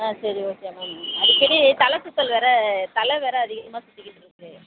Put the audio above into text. ஆ சரி okay ma'am அடிக்கடி தலை சுற்றல் வேறு தலை வேறு அதிகமாக சுற்றிக்கிட்ருக்கு